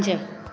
पंज